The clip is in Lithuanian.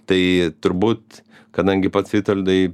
tai turbūt kadangi pats vitoldai